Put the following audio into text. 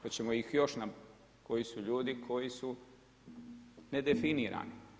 Hoćemo ih još koji su ljudi koji su nedefinirani.